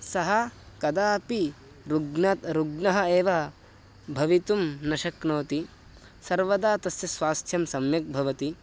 सः कदापि ऋग्णः ऋग्णः एव भवितुं न शक्नोति सर्वदा तस्य स्वास्थ्यं सम्यक् भवति